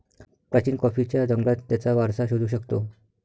प्राचीन कॉफीच्या जंगलात त्याचा वारसा शोधू शकतो